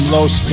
Los